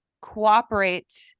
cooperate